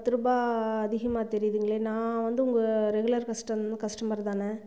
பத்து ருபாய் அதிகமாக தெரியுதுங்களே நான் வந்து உங்கள் ரெகுலர் கஸ்டம் கஸ்டமர் தான்